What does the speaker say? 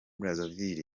brazzaville